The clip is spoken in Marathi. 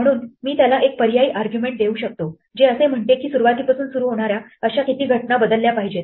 म्हणून मी त्याला एक पर्यायी आर्ग्युमेंट देऊ शकतो जे असे म्हणते की सुरुवातीपासून सुरू होणाऱ्या अशा किती घटना बदलल्या पाहिजेत